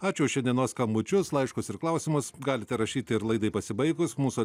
ačiū už šiandienos skambučius laiškus ir klausimus galite rašyti ir laidai pasibaigus mūsų